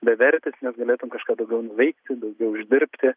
bevertis negalėtum kažką daugiau nuveikti daugiau uždirbti